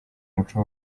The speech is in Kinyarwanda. muco